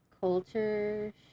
Culture